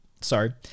Sorry